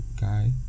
guy